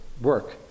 work